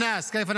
שתי מילים.